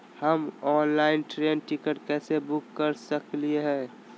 हम online train ticket कैसे book कर सकली हई?